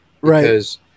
Right